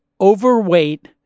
overweight